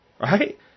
Right